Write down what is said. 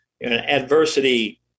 adversity